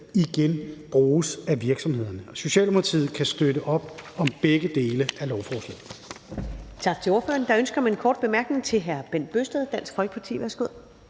igen bruges af virksomhederne. Socialdemokratiet kan støtte op om begge dele af lovforslaget.